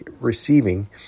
receiving